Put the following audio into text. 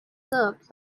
served